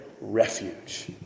refuge